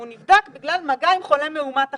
הוא נבדק בגלל מגע עם חולה מאומת אחר.